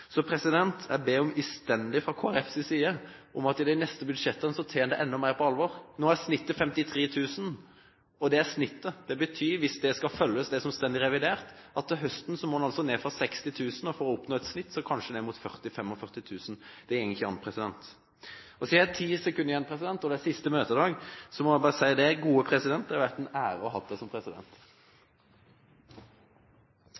Så jeg ber innstendig fra Kristelig Folkepartis side om at man i de neste budsjettene tar det enda mer på alvor. Nå er snittet 53 000, og det er snittet. Det betyr at hvis det som står i revidert skal følges, må en til høsten ned fra 60 000 for å oppnå et snitt som kanskje er ned mot 40–45 000. Det går ikke an. Siden jeg har 10 sekunder igjen, og det er siste møtedag, vil jeg si: Gode president, det har vært en ære å ha deg som president!